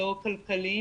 לא כלכליים,